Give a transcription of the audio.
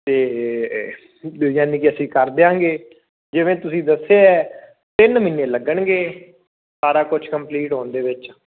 ਅਤੇ ਜਾਨੀ ਕਿ ਅਸੀਂ ਕਰ ਦਿਆਂਗੇ ਜਿਵੇਂ ਤੁਸੀਂ ਦੱਸਿਆ ਤਿੰਨ ਮਹੀਨੇ ਲੱਗਣਗੇ ਸਾਰਾ ਕੁਝ ਕੰਪਲੀਟ ਹੋਣ ਦੇ ਵਿੱਚ